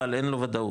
אבל אין לו וודאות,